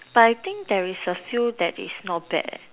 but I think there is a few that is not bad